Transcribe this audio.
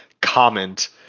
comment